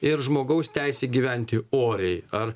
ir žmogaus teisė gyventi oriai ar